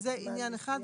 שזה עניין אחד,